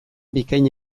bikaina